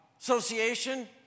association